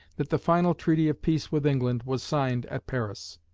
that the final treaty of peace with england was signed at paris.